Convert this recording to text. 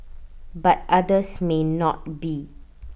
but others may not be